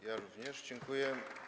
Ja również dziękuję.